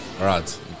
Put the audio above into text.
right